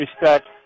respect